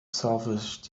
salvage